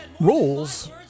roles